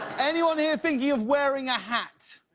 anyone here thinking of wearing a hat?